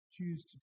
choose